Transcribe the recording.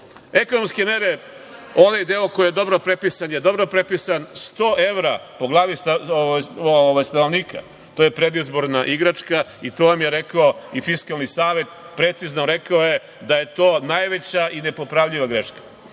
nivou. Ekonomske mere, onaj deo koji je dobro prepisan je dobro prepisan. Sto evra po glavi stanovnika, to je predizborna igračka i to vam je rekao i Fiskalni savet. Precizno, rekao je da je to najveća i nepopravljiva greška,